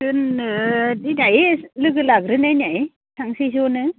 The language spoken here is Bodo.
दोननो बिनजायो लोगो लाग्रो नायनाय थांसै जनो